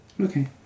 Okay